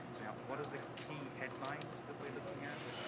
now, what are the key headlines that we're looking at?